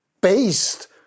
based